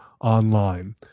online